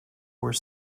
were